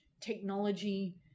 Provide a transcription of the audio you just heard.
technology